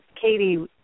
Katie